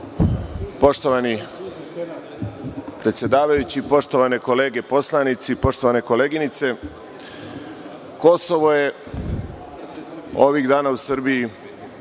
Poštovani predsedavajući, poštovane kolege poslanici, poštovane koleginice, Kosovo je ovih dana u Srbiji